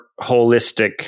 holistic